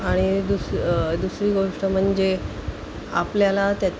आणि दुस दुसरी गोष्ट म्हणजे आपल्याला त्या